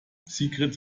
sigrid